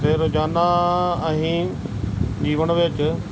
ਅਤੇ ਰੋਜ਼ਾਨਾ ਅਸੀਂ ਜੀਵਨ ਵਿੱਚ